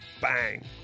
bang